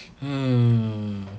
hmm